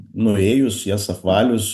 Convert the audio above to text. nuėjus jas apvalius